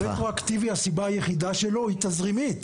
הרטרואקטיבי, הסיבה היחידה שלו היא תזרימית.